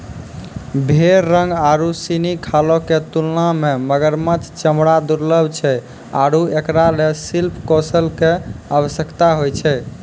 भेड़ रंग आरु सिनी खालो क तुलना म मगरमच्छ चमड़ा दुर्लभ छै आरु एकरा ल शिल्प कौशल कॅ आवश्यकता होय छै